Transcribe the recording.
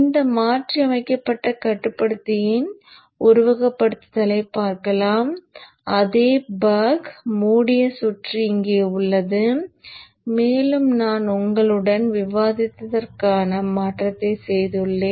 இந்த மாற்றியமைக்கப்பட்ட கட்டுப்படுத்தியின் உருவகப்படுத்துதலைப் பார்க்கலாம் அதே பக் மூடிய சுற்று இங்கே உள்ளது மேலும் நான் உங்களுடன் விவாதித்ததற்கான மாற்றத்தைச் செய்துள்ளேன்